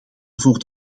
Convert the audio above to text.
voor